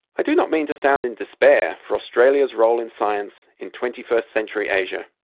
i do not mean to sound in despair for australia's role in science in twenty first century asia.